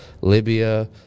Libya